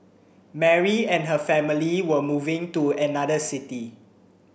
Mary and her family were moving to another city